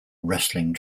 wrestling